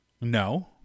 No